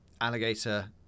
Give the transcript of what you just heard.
alligator